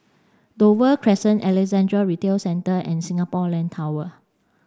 Dover Crescent Alexandra Retail Centre and Singapore Land Tower